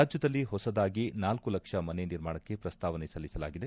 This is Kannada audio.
ರಾಜ್ದದಲ್ಲಿ ಹೊಸದಾಗಿ ನಾಲ್ಕು ಲಕ್ಷ ಮನೆ ನಿರ್ಮಾಣಕ್ಕೆ ಪ್ರಸ್ತಾವನೆ ಸಲ್ಲಿಸಲಾಗಿದೆ